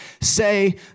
say